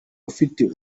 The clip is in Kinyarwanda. ufite